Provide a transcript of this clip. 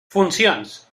funcions